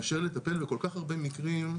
מאשר לטפל בכל-כך הרבה מקרים,